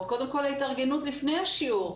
קודם כל ההתארגנות לפני השיעור.